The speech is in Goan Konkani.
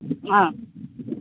आं